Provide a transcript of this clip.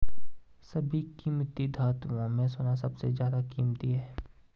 सभी कीमती धातुओं में सोना सबसे ज्यादा कीमती है